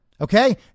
Okay